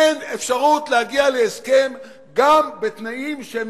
אין אפשרות להגיע להסכם גם בתנאים שהם